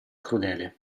crudele